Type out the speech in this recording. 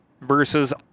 versus